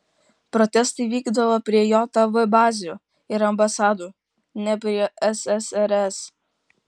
protestai vykdavo prie jav bazių ir ambasadų ne prie ssrs